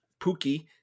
Pookie